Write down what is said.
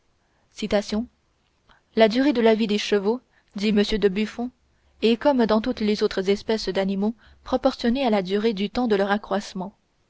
la durée de la vie des chevaux dit m de buffon est comme dans toutes les autres espèces d'animaux proportionnée à la durée du temps de leur accroissement